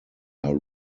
are